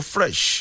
Fresh